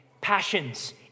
Passions